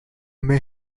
may